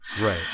right